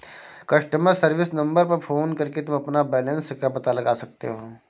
customer service number पर phone करके तुम बैलन्स का पता लगा सकते हो